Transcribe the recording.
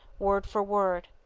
word for word.